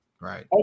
Right